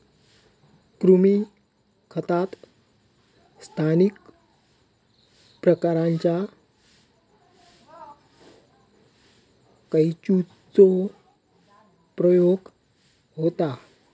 कृमी खतात स्थानिक प्रकारांच्या केंचुचो प्रयोग होता